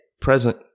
present